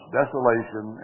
desolation